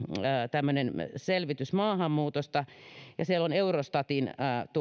tämmöinen temin selvitys maahanmuutosta siellä on eurostatin